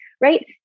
right